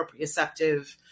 proprioceptive